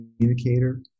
communicator